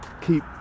keep